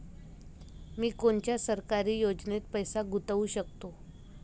मी कोनच्या सरकारी योजनेत पैसा गुतवू शकतो?